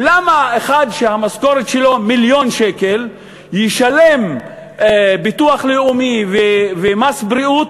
למה אחד שהמשכורת שלו מיליון שקלים ישלם ביטוח לאומי ומס בריאות